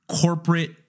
corporate